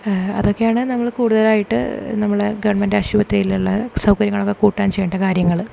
അതൊക്കെയാണ് നമ്മൾ കൂടുതലായിട്ട് നമ്മുടെ ഗവൺമെൺറ്റ് ആശുപത്രിയിലുള്ള സൗകര്യങ്ങളൊക്കെ കൂട്ടാൻ ചെയ്യേണ്ട കാര്യങ്ങള്